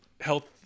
health